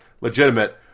legitimate